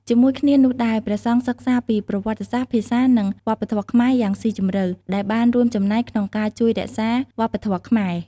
ជាមួយគ្នានោះដែរ ព្រះសង្ឃសិក្សាពីប្រវត្តិសាស្ត្រ ភាសា និងវប្បធម៌ខ្មែរយ៉ាងស៊ីជម្រៅ ដែលបានរួមចំណែកក្នុងការជួយរក្សាវប្បធម៌ខ្មែរ។